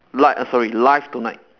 li~ err sorry live tonight